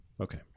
Okay